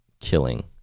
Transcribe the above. killing